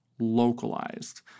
localized